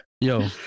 Yo